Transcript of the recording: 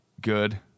good